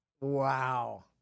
Wow